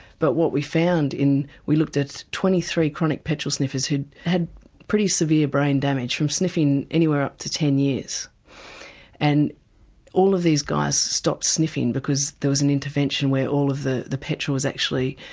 but what we found and we looked at twenty three chronic petrol sniffers who had pretty severe brain damage from sniffing anywhere up to ten years and all of these guys stopped sniffing because there was an intervention where all of the the petrol was actually,